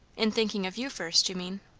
in thinking of you first, you mean?